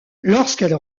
lorsqu’elle